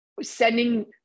sending